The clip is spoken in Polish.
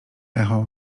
echo